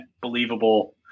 believable